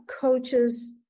coaches